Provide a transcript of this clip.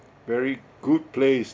very good place